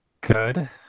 Good